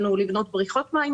אני פותח את ישיבת ועדת הכספים.